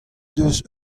deus